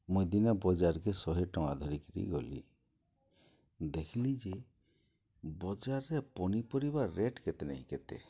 ମୁଇଁ ଦିନେ ବଜାର୍କେ ଶହେ ଟଙ୍କା ଧରିକିରି ଗଲି ଦେଖ୍ଲି ଯେ ବଜାର୍ରେ ପନିପରିବା ରେଟ୍ କେତେ ନି କେତେ